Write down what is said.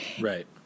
right